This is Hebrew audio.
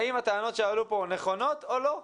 האם הטענות שעלו פה נכונות או לא.